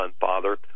Father